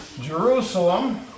Jerusalem